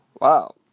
Wow